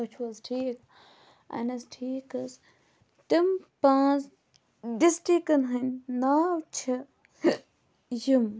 تُہۍ چھِو حٕظ ٹھیٖک اَہن حظ ٹھیٖک حٕظ تِم پانٛژھ ڈِسٹرکَن ہٕنٛدۍ ناو چھِ یِم